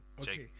okay